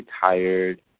tired